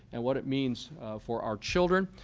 and what it means for our children,